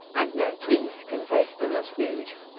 and no teeth can face them as food.